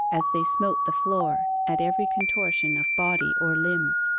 as they smote the floor at every contortion of body or limbs.